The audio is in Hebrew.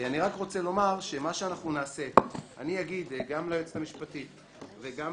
אני רק רוצה לומר שאני אגיד גם ליועצת המשפטית וגם